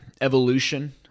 evolution